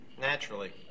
Naturally